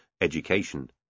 education